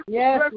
yes